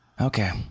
Okay